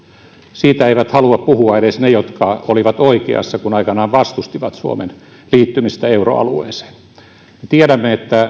siitä eivät halua puhua edes ne jotka olivat oikeassa kun aikanaan vastustivat suomen liittymistä euroalueeseen me tiedämme että